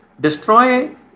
destroy